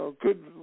good